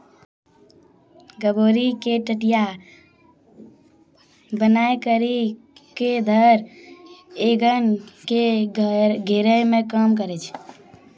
गभोरी के टटया बनाय करी के धर एगन के घेरै मे काम करै छै